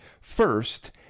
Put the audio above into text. first